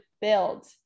build